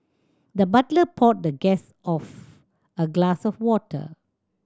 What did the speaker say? the butler poured the guest of a glass of water